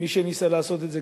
מי שניסה לעשות את זה,